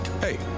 Hey